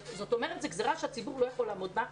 זאת אומרת, זו גזרה שהציבור שלא יכול לעמוד בה.